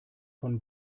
von